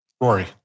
Rory